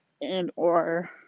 and/or